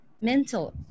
mental